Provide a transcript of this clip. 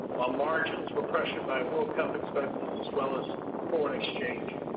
while margins were pressured by world cup expenses as well as foreign exchange.